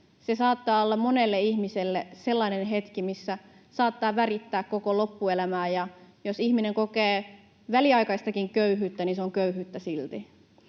Se saattaa olla monelle ihmiselle sellainen hetki, mikä saattaa värittää koko loppuelämää, ja jos ihminen kokee väliaikaistakin köyhyyttä, niin se on köyhyyttä silti.